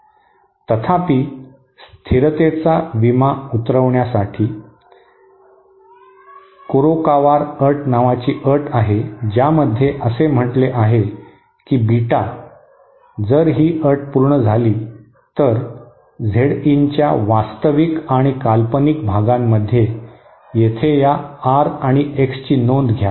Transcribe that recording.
अं तथापि स्थिरतेचा विमा उतरवण्यासाठी कुरोकावार अट नावाची अट आहे ज्यामध्ये असे म्हटले आहे की बीटा जर ही अट पूर्ण झाली तर झेड इन च्या वास्तविक आणि काल्पनिक भागांमध्ये येथे या आर आणि एक्सची नोंद घ्या